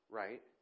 right